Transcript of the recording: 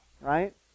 right